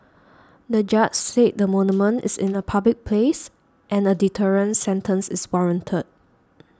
the judge said the monument is in a public place and a deterrent sentence is warranted